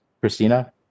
Christina